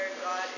God